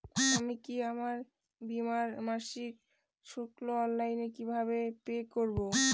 আমি কি আমার বীমার মাসিক শুল্ক অনলাইনে কিভাবে পে করব?